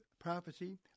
prophecy